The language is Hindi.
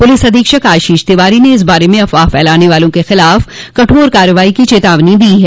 पुलिस अधीक्षक आशीष तिवारी ने इस बारे में अफवाह फैलाने वालों के खिलाफ कठोर कारवाई की चेतावनी दी है